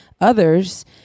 others